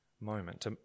moment